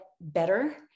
better